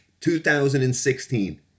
2016